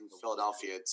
Philadelphia